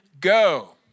go